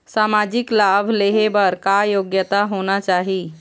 सामाजिक लाभ लेहे बर का योग्यता होना चाही?